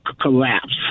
collapse